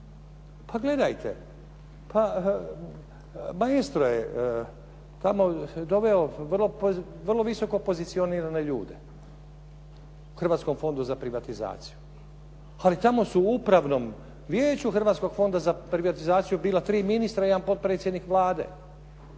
Pa gledajte, “Maestro“ je tamo doveo vrlo visoko pozicionirane ljude, u Hrvatskom fondu za privatizaciju. Ali tamo su u Upravnom vijeću Hrvatskog fonda za privatizaciju bila 3 ministra i 1 potpredsjednik Vlade.